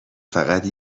فقط